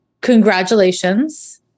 congratulations